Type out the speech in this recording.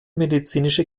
medizinische